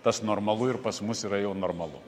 tas normalu ir pas mus yra jau normalu